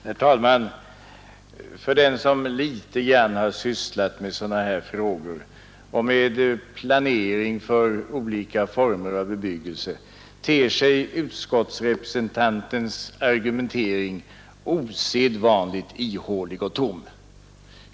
Herr talman! För den som litet grand har sysslat med sådana här frågor och med planering för olika former av bebyggelse ter sig utskottsrepresentantens argumentering osedvanligt ihålig och tom.